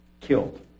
killed